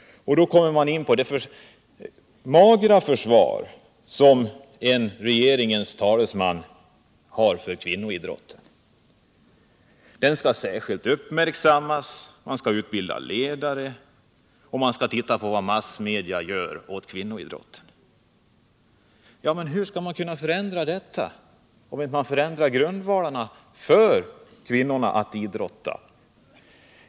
Och då kommer jag in på det magra försvar som en regeringstalesman har för kvinnoidrotten. Den skall särskilt uppmärksammas, man skall utbilda ledare och man skall titta på vad massmedia gör åt kvinnoidrotten, fick vi höra. Men hur skall man kunna förändra förhållandena, om man inte förändrar grundvalarna för kvinnornas möjligheter att idrotta?